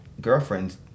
girlfriends